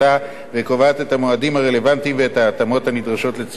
וקובעת את המועדים הרלוונטיים ואת ההתאמות הנדרשות לצורך העניין.